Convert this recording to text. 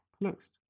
closed